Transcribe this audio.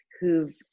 who've